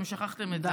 אתם שכחתם את זה.